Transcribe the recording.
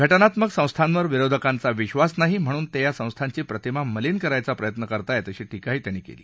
घटनात्मक संस्थांवर विरोधकांचा विधास नाही म्हणून ते या संस्थांची प्रतिमा मलीन करायचा प्रयत्न करत आहेत अशी टीका त्यांनी केली